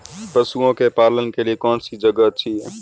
पशुओं के पालन के लिए कौनसी जगह अच्छी है?